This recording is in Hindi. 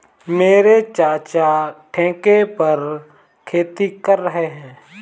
मेरे चाचा ठेके पर खेती कर रहे हैं